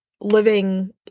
living